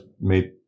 made